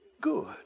good